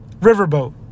Riverboat